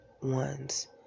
ones